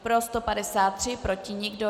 Pro 153, proti nikdo.